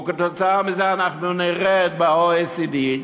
וכתוצאה מזה אנחנו נרד ב-OECD,